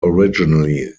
originally